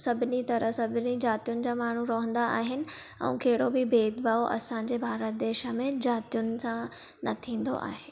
सभिनी तरह सभिनी जातियुनि जा माण्हू रवंदा आहिनि ऐं कहिड़ो बि भेदभाव असां जे भारत देश में जातियुनि सां न थींदो आहे